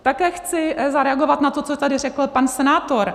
Také chci zareagovat na to, co tady řekl pan senátor.